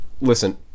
listen